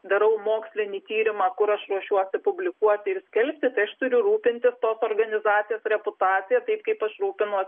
darau mokslinį tyrimą kur aš ruošiuosi publikuoti ir skelbti tai aš turiu rūpintis tos organizacijos reputacija taip kaip pasirūpinuos